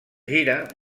gira